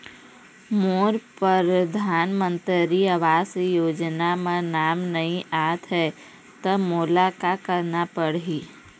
मोर परधानमंतरी आवास योजना म नाम नई आत हे त मोला का करना पड़ही?